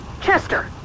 Chester